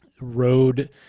road